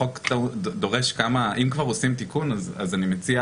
החוק דורש, אם כבר עושים תיקון אז אני מציע